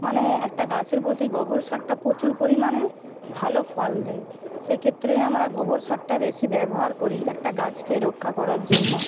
মানে একটা গাছের প্রতি গোবর সারটা প্রচুর পরিমাণে ভালো ফল দেয় সেক্ষেত্রে আমরা গোবর সারটা বেশি ব্যবহার করি একটা গাছকে রক্ষা করার জন্য